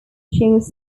shows